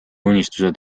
unistused